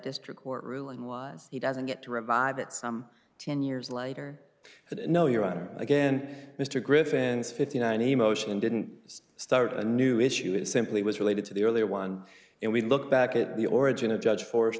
district court ruling was he doesn't get to revive it some ten years later but no your honor again mr griffin fifty nine emotion didn't just start a new issue it simply was related to the earlier one and we look back at the origin of judge forest